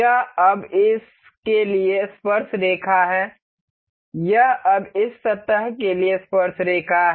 यह अब इस के लिए स्पर्शरेखा है यह अब इस सतह के लिए स्पर्शरेखा है